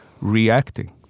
reacting